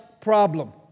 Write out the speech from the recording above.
problem